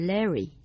Larry